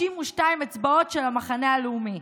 52 אצבעות של המחנה הלאומי,